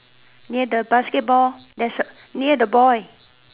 near the basketball near the boy